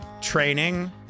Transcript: training